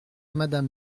madame